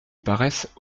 paraissaient